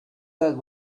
that